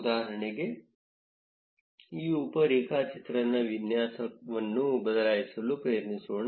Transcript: ಉದಾಹರಣೆಯಾಗಿ ಈ ಉಪ ರೇಖಾಚಿತ್ರನ ವಿನ್ಯಾಸವನ್ನು ಬದಲಾಯಿಸಲು ಪ್ರಯತ್ನಿಸೋಣ